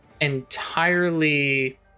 entirely